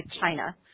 China